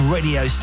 Radio